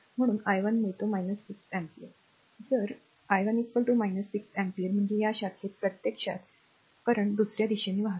म्हणून i 1 मिळतो 6 ampere जर i 1 6 अँपिअर म्हणजे या शाखेत प्रत्यक्षात current दुसऱ्या दिशेने वाहतो